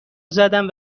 زدند